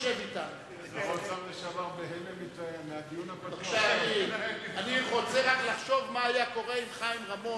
שר האוצר לשעבר בהלם מהדיון הפתוח שאתה מנהל עם חבר הכנסת.